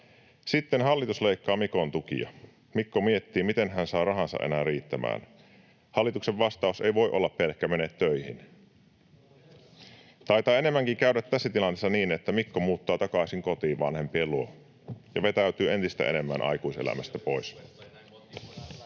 Sitten hallitus leikkaa Mikon tukia. Mikko miettii, miten hän saa rahansa enää riittämään. Hallituksen vastaus ei voi olla pelkkä "mene töihin". Taitaa enemmänkin käydä tässä tilanteessa niin, että Mikko muuttaa takaisin kotiin, vanhempien luo, ja vetäytyy entistä enemmän aikuiselämästä pois.